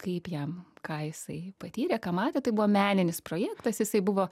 kaip jam ką jisai patyrė ką matė tai buvo meninis projektas jisai buvo